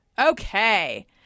Okay